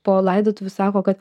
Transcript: po laidotuvių sako kad